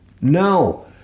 No